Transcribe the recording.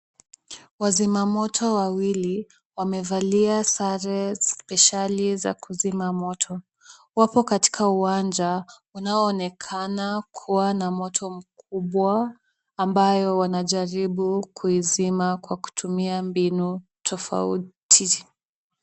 Wazima moto wawili wamevalia sare spesheli za kuzima moto, wako katika uwanja unaonekana kuwa na moto mkubwa ambao wanajaribu kuuzima kwa kutumia mbinu tofauti.